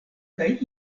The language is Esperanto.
kaj